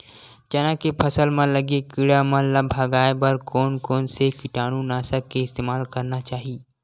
चना के फसल म लगे किड़ा मन ला भगाये बर कोन कोन से कीटानु नाशक के इस्तेमाल करना चाहि?